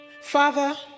Father